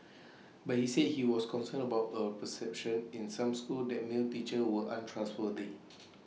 but he said he was concerned about A perception in some schools that male teachers were untrustworthy